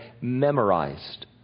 memorized